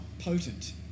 potent